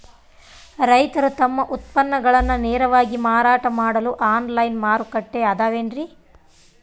ರೈತರು ತಮ್ಮ ಉತ್ಪನ್ನಗಳನ್ನ ನೇರವಾಗಿ ಮಾರಾಟ ಮಾಡಲು ಆನ್ಲೈನ್ ಮಾರುಕಟ್ಟೆ ಅದವೇನ್ರಿ?